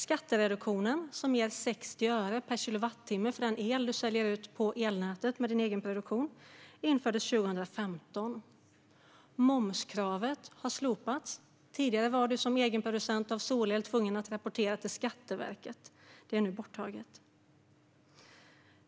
Skattereduktionen som ger 60 öre per kilowattimme el man säljer ut på elnätet från den egna produktionen infördes 2015. Momskravet har slopats. Tidigare var en egenproducent av solel tvungen att rapportera till Skatteverket, men det är nu borttaget.